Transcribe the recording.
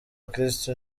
kristo